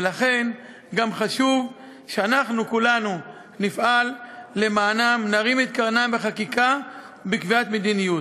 ולכן גם חשוב שנפעל למענם ונרים את קרנם בחקיקה ובקביעת מדיניות.